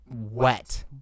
Wet